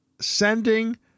sending